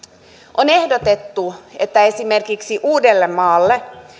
on ehdotettu että esimerkiksi uudellamaalla